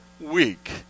week